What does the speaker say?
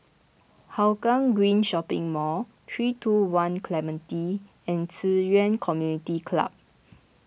Hougang Green Shopping Mall three two one Clementi and Ci Yuan Community Club